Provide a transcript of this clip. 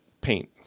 paint